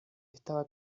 estaba